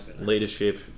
Leadership